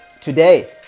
today